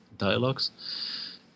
dialogues